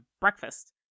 breakfast